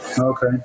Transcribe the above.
Okay